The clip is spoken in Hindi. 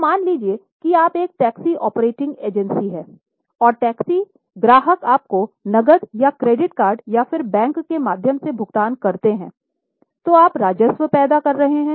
तो मान लीजिए कि आप एक टैक्सी ऑपरेटिंग एजेंसी हैं और टैक्सी ग्राहक आपको नकद या क्रेडिट कार्ड या फिर बैंक के माध्यम से भुगतान करते हैं तो आप राजस्व पैदा कर रहे हैं